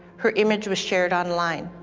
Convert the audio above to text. her image was shared online.